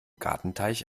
gartenteich